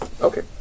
Okay